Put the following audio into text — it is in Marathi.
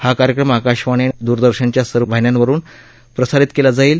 हा कार्यक्रम आकाशवाणी आणि द्रदर्शनच्या सर्व वाहिन्यावरुन प्रसारित केलं जाईल